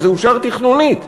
אבל זה אושר תכנונית,